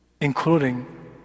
including